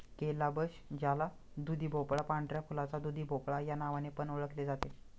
calabash ज्याला दुधीभोपळा, पांढऱ्या फुलाचा दुधीभोपळा या नावाने पण ओळखले जाते